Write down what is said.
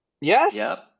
Yes